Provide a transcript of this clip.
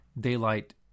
daylight